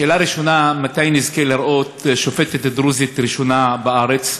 שאלה ראשונה: מתי נזכה לראות שופטת דרוזית ראשונה בארץ?